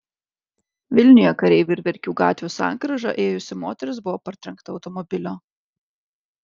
vilniuje kareivių ir verkių gatvių sankryža ėjusi moteris buvo partrenkta automobilio